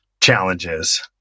challenges